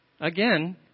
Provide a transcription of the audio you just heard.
Again